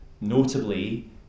notably